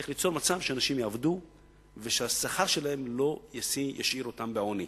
צריך ליצור מצב שאנשים יעבדו והשכר שלהם לא ישאיר אותם בעוני.